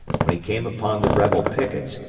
when he came upon the rebel pickets,